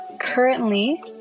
currently